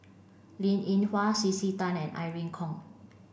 Linn In Hua C C Tan and Irene Khong